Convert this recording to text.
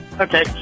Okay